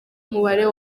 umubare